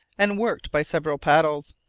and worked by several paddles.